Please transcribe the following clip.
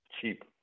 cheap